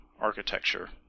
architecture